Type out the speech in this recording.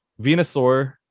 Venusaur